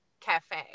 Cafe